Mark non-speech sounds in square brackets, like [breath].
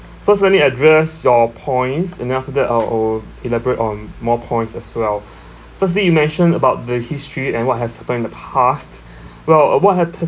first let me address your points and then after that uh I'll elaborate on more points as well [breath] firstly you mentioned about the history and what has happened in the past [breath] well uh what happened